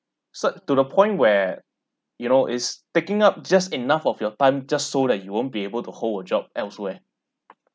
so to the point where you know is taking up just enough of your time just so that you won't be able to hold a job elsewhere